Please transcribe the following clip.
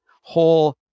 whole